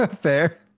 Fair